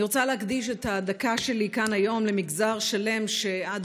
אני רוצה להקדיש את הדקה שלי כאן היום למגזר שלם שעד